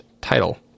title